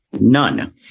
None